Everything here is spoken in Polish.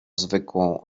zwykłą